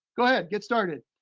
go ahead, get started.